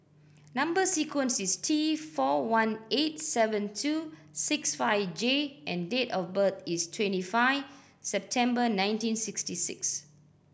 number sequence is T four one eight seven two six five J and date of birth is twenty five September nineteen sixty six